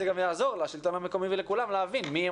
זה גם יעזור לשלטון המקומי ולכולם להבין מי הם